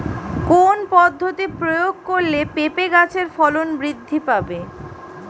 কোন পদ্ধতি প্রয়োগ করলে পেঁপে গাছের ফলন বৃদ্ধি পাবে?